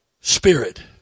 spirit